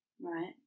Right